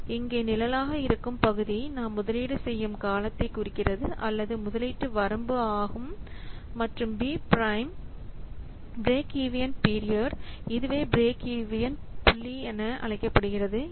இங்கே நிழலாக இருக்கும் பகுதி நாம் முதலீடு செய்யும் காலத்தை குறிக்கிறது அல்லது முதலீட்டு வரம்பு ஆகும் மற்றும் B prime break even period even period இதுவே பிரேக் ஈவன் புள்ளி breakeven point